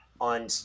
on